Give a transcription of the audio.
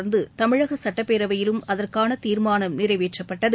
தொடர்ந்து தமிழக சுட்டப்பேரவையிலும் அதற்கான் தீர்மானம் நிறைவேற்றப்பட்டது